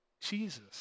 Jesus